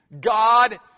God